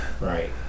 Right